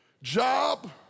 Job